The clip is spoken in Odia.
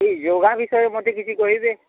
ଏଇ ଯୋଗା ବିଷୟରେ ମୋତେ କିଛି କହିବେ